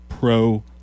Pro